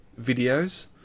videos